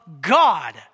God